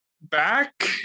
Back